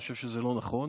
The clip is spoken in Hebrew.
אני חושב שזה לא נכון.